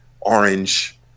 orange